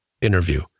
interview